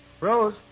Rose